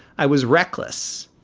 i was reckless.